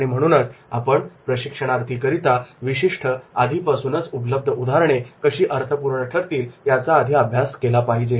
आणि म्हणूनच आपण प्रशिक्षणार्थी करता विशिष्ट आधीपासूनच उपलब्ध उदाहरणे कशी अर्थपूर्ण ठरतील याचा आधीच अभ्यास केला पाहिजे